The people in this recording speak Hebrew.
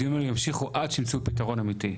הדיונים ימשיכו עד שימצאו פתרון אמיתי.